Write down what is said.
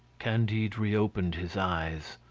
candide reopened his eyes.